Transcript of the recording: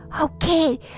okay